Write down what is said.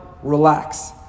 relax